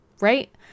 right